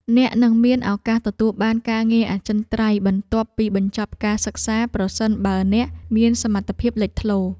អ្នកនឹងមានឱកាសទទួលបានការងារអចិន្ត្រៃយ៍បន្ទាប់ពីបញ្ចប់ការសិក្សាប្រសិនបើអ្នកមានសមត្ថភាពលេចធ្លោ។